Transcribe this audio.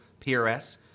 PRS